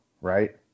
Right